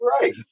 Right